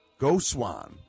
Goswan